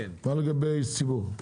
מה לגבי איש ציבור?